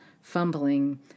fumbling